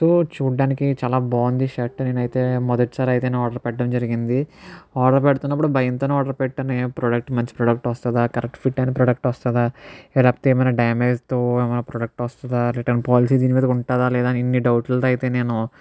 so చూడ్డానికి చాలా బావుంది షర్ట్ నేనైతే మొదటిసారైతే నేను ఆర్డర్ పెట్టడం జరిగింది ఆర్డర్ పెడుతున్నప్పుడు భయంతోనే ఆర్డర్ పెట్టాను ఏ ప్రోడక్ట్ మంచి ప్రోడక్ట్ వస్తుందా కరెక్ట్ ఫిట్ అయిన ప్రోడక్ట్ వస్తుందా లేకపోతే ఏమైనా డ్యామేజ్తో ఏమైనా ప్రోడక్ట్ వస్తుందా రిటర్న్ పాలసీస్ దీనిమీద ఉంటుందా లేదా ఇన్ని డౌట్లతో అయితే నేను